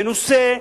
מנוסה,